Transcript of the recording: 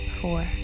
four